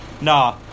Nah